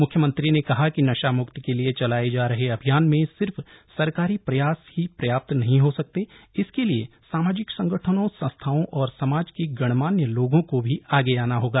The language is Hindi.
म्ख्यमंत्री ने कहा कि नशा म्क्ति के लिए चलाए जा रहे अभियान में सिर्फ सरकारी प्रयास ही पर्याप्त नहीं हो सकते इसके लिए सामाजिक संगठनों संस्थाओं और समाज के गणमान्य लोगों को भी आगे आना होगा